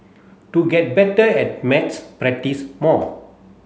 to get better at maths practise more